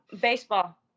Baseball